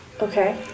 Okay